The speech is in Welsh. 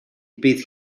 bydd